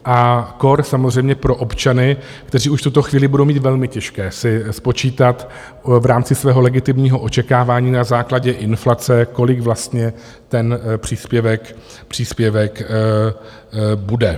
A kór samozřejmě pro občany, kteří už v tuto chvíli budou mít velmi těžké si spočítat v rámci svého legitimního očekávání na základě inflace, kolik vlastně ten příspěvek bude.